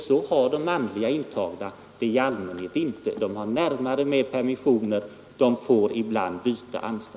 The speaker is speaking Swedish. Så har de manliga intagna det ofta inte!